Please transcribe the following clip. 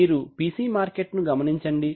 మీరు PC market ను గమనించండి